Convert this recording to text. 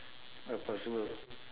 uh possible